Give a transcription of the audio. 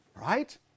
right